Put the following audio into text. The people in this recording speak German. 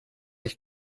ich